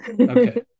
okay